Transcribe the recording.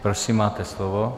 Prosím, máte slovo.